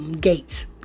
Gates